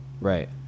Right